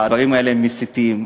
הדברים האלה הם מסיתים,